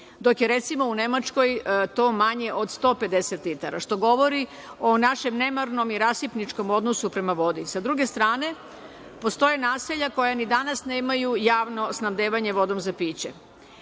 dok je, recimo, u Nemačkoj to manje od 150 litara, što govori o našem nemarnom i rasipničkom odnosu prema vodi. Sa druge strane, postoje naselja koja ni danas nemaju javno snabdevanje vodom za piće.